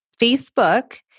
Facebook